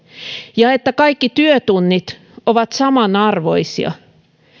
ja siihen että kaikki työtunnit ovat samanarvoisia